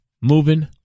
moving